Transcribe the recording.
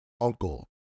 uncle